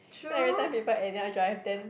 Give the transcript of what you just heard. cause every time people anyhow drive then